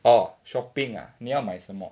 orh shopping ah 你要买什么